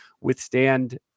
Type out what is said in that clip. withstand –